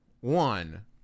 one